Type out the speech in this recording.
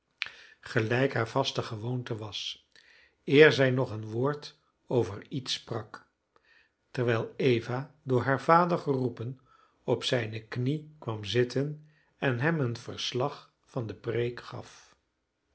gelijk hare vaste gewoonte was eer zij nog een woord over iets sprak terwijl eva door haar vader geroepen op zijne knie kwam zitten en hem een verslag van de preek gaf